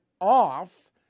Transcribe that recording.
off